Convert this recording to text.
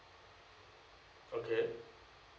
okay